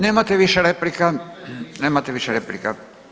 Nemate više replika, nemate više replika.